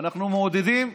ואנחנו מעודדים,